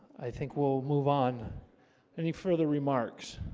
i think we'll move on any further remarks